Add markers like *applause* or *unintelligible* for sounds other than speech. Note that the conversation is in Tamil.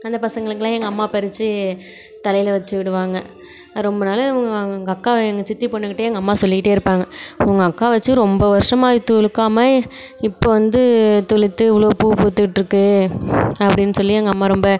அந்த பசங்களுக்கெல்லாம் எங்கள் அம்மா பறித்து தலையில் வச்சு விடுவாங்க ரொம்ப நாள் *unintelligible* எங்கள் அக்கா எங்கள் சித்தி பொண்ணுக்கிட்டே எங்கள் அம்மா சொல்லிக்கிட்டே இருப்பாங்க உங்கள் அக்கா வச்சு ரொம்ப வருஷமா இது துளுர்க்காம இப்போ வந்து துளுர்த்து இவ்வளோ பூ பூத்துகிட்டு இருக்கு அப்படின்னு சொல்லி எங்கள் அம்மா ரொம்ப